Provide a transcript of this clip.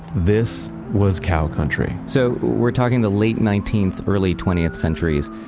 this was cow country so we're talking the late nineteenth, early twentieth centuries.